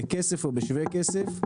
בכסף או בשווה כסף,